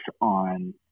on